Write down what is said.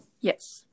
Yes